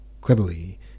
cleverly